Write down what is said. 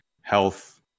health